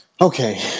Okay